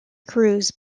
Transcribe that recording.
crews